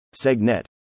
segnet